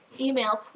Email